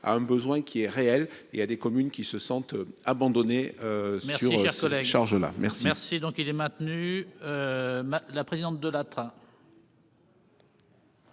a un besoin qui est réel et il y a des communes qui se sentent abandonnés sur les chargements. Merci, merci, donc il est maintenu, la présidente de la.